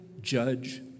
judge